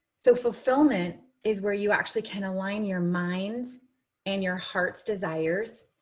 so fulfillment is where you actually can align your mind's and your heart's desires.